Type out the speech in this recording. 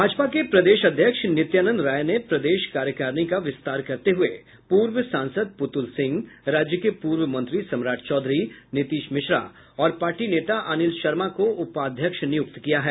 भाजपा के प्रदेश अध्यक्ष नित्यानंद राय ने प्रदेश कार्यकारिणी का विस्तार करते हुए पूर्व सांसद पुतुल सिंह राज्य के पूर्व मंत्री सम्राट चौधरी नीतीश मिश्रा और पार्टी नेता अनिल शर्मा को उपाध्यक्ष नियुक्त किया है